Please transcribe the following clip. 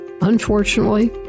Unfortunately